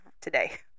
today